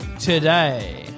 today